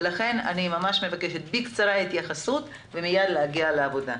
לכן אני מבקשת התייחסות בקצרה ומייד נגיע לעבודה.